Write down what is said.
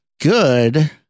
good